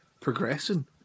progressing